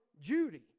Judy